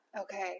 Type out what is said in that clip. okay